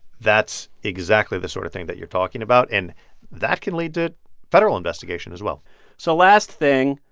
that's exactly the sort of thing that you're talking about, and that can lead to federal investigation, as well so last thing.